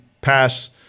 pass